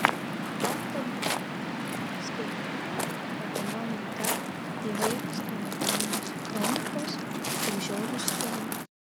be tabu zbignevo vedama laida įvairios kriminalinės kronikos ir žiaurūs filmai